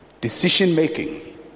Decision-making